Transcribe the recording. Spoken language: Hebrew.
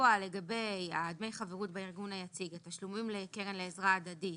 לגבי דמי החברות בארגון היציג תשלומים לקרן לעזרה הדדית